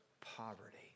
poverty